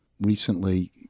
recently